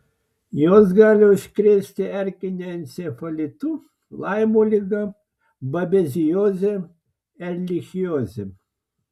jos gali užkrėsti erkiniu encefalitu laimo liga babezioze erlichioze